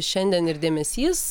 šiandien ir dėmesys